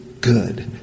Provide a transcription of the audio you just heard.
good